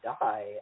die